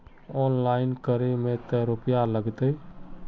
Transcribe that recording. Online करे में ते रुपया लगते?